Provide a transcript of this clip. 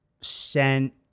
sent